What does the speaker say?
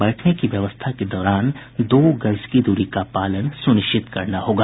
बैठने की व्यवस्था के दौरान दो गज की दूरी का पालन सुनिश्चित करना होगा